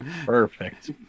perfect